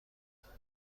برابر